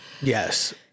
yes